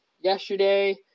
yesterday